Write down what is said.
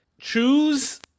Choose